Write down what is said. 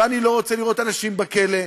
ואני לא רוצה לראות אנשים בכלא.